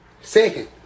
Second